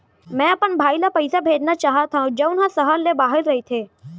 मै अपन भाई ला पइसा भेजना चाहत हव जऊन हा सहर ले बाहिर रहीथे